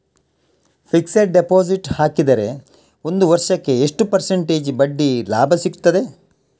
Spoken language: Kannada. ಫಿಕ್ಸೆಡ್ ಡೆಪೋಸಿಟ್ ಹಾಕಿದರೆ ಒಂದು ವರ್ಷಕ್ಕೆ ಎಷ್ಟು ಪರ್ಸೆಂಟೇಜ್ ಬಡ್ಡಿ ಲಾಭ ಸಿಕ್ತದೆ?